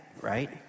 right